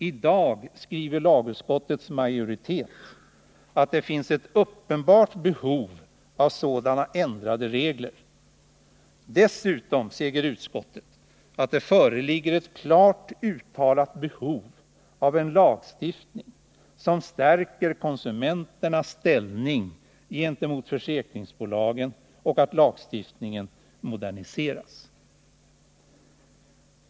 I dag skriver lagutskottets majoritet att det finns ett uppenbart behov av sådana ändrade regler. 31 Dessutom säger utskottet att det föreligger ett klart uttalat behov av en lagstiftning som stärker konsumenternas ställning gentemot försäkringsbolagen och att lagstiftningen bör moderniseras.